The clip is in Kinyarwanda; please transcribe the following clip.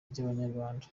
ry’abanyarwanda